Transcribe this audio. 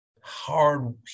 hard